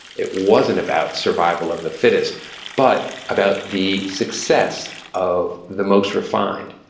it wasn't about survival of the fittest but about the success of the most refined,